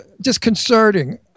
disconcerting